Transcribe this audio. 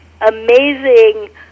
amazing